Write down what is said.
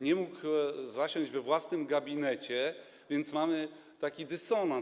nie mógł zasiąść we własnym gabinecie, więc mamy taki dysonans.